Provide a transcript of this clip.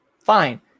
Fine